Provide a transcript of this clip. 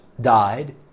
died